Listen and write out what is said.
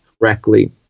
correctly